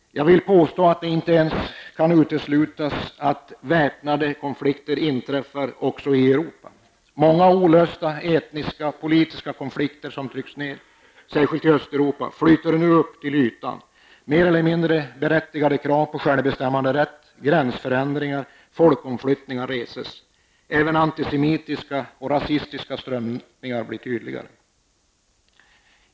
Jag vill påstå att det inte ens kan uteslutas att det kan inträffa sådana i Europa. Många olösta etniska och politiska konflikter som tryckts ned, särskilt i Östeuropa, flyter nu upp till ytan. Mer eller mindre berättigade krav på självbestämmanderätt, gränsförändringar och folkomflyttningar reses. Även antisemitiska och rasistiska strömningar blir tydligare.